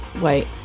wait